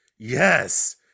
yes